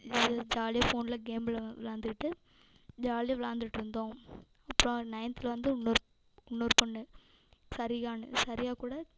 இது ஜாலியாக ஃபோனில் கேம்லாம் விளாண்டுக்கிட்டு ஜாலியாக விளாண்டுட்ருந்தோம் அப்றம் நைன்த்தில் வந்து இன்னொரு இன்னொரு பொண்ணு சரிகான்னு சரிகா கூட